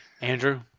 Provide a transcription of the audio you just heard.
Andrew